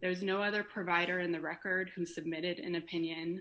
there was no other provider in the record who submitted an opinion